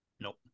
Nope